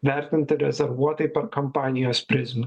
vertinti rezervuotai per kampanijos prizmę